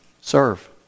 serve